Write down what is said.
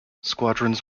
squadrons